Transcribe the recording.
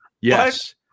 Yes